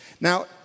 Now